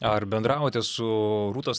ar bendravote su rūtos